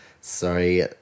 Sorry